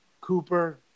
Cooper